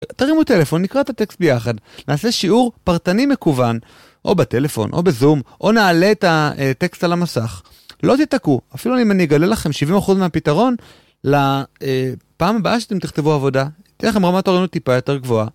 תרימו טלפון, נקרא את הטקסט ביחד, נעשה שיעור פרטני מקוון, או בטלפון, או בזום, או נעלה את הטקסט על המסך. לא תתקעו, אפילו אם אני אגלה לכם 70% מהפתרון, לפעם הבאה שאתם תכתבו עבודה, ניתן לכם רמת עבודות טיפה יותר גבוהה.